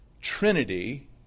trinity